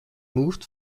moved